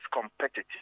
competitive